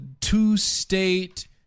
two-state